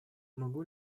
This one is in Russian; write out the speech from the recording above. могу